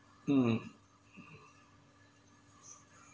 mm